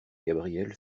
gabrielle